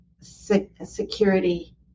security